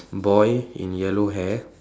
boy in yellow hair